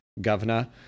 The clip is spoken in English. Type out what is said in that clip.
governor